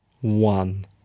one